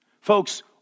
Folks